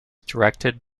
directed